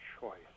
choice